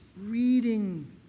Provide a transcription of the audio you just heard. reading